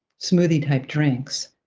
smoothy-type drinks.